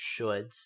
shoulds